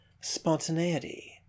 spontaneity